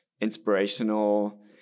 inspirational